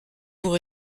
pour